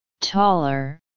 taller